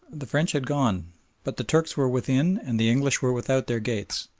the french had gone but the turks were within and the english were without their gates,